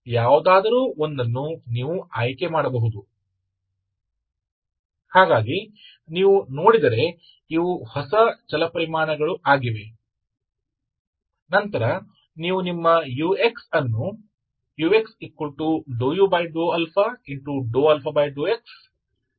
या आप इसका वास्तविक भाग भी चुन सकते हैं यह वही है यदि आप यहां चुनते हैं तो यह आपका वास्तविक हिस्सा है साथ ही आप उनमें से किसी एक को चुन सकते हैं इसलिए यदि आप दूर देखते हैं तो ये नए चर हैं